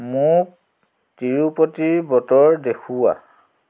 মোক তিৰুপতিৰ বতৰ দেখুওৱা